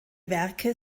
werke